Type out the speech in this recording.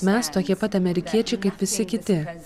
mes tokie pat amerikiečiai kaip visi kiti